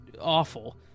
awful